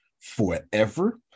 forever